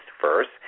first